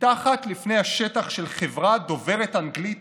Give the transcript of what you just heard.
מתחת לפני השטח של חברה דוברת אנגלית